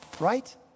right